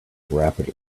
rapidly